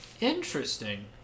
Interesting